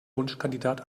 wunschkandidat